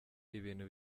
ibintu